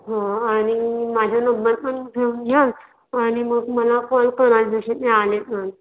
हो आणि माझा नम्बर पण ठेऊन घ्या आणि मग मला कॉल करा जसे ते आले तर